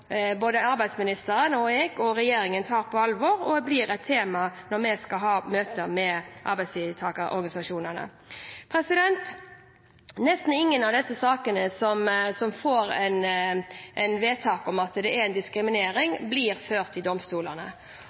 både arbeidsministeren, jeg og regjeringen tar på alvor, og som blir et tema når vi skal ha møte med arbeidstakerorganisasjonene. Nesten ingen av de sakene der det gjøres vedtak om at diskriminering har skjedd, blir ført for domstolene.